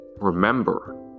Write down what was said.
remember